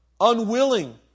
Unwilling